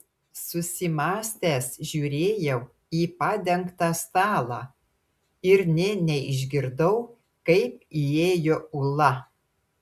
susimąstęs žiūrėjau į padengtą stalą ir nė neišgirdau kaip įėjo ula